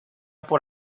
por